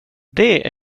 det